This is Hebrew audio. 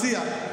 אני מציע,